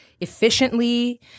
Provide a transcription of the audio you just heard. efficiently